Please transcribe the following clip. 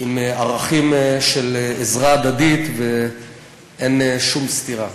עם ערכים של עזרה הדדית, אין שום סתירה.